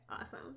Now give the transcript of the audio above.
awesome